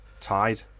tied